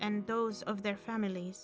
and those of their families